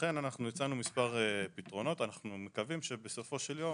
לכן הצענו מספר פתרונות ואנחנו מקווים שבסופו של יום